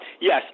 yes